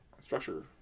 structure